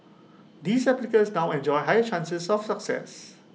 these applicants now enjoy higher chances of success